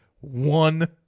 one